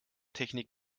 technik